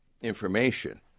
information